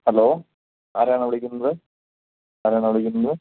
hello ആരാണ് വിളിക്കുന്നത് ആരാണ് വിളിക്കുന്നത്